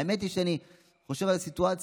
האמת היא, כשאני חושב על הסיטואציה,